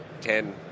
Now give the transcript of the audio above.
ten